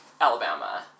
Alabama